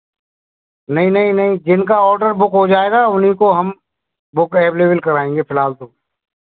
नहीं नहीं जिनका ऑर्डर बुक हो जाएगा उन्हीं को हम बुक अवेलेबल कराएँगे फ़िलहाल तो